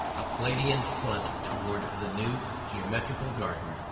a palladian front toward the new geometrical garden,